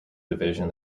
division